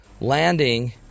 landing